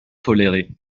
toléré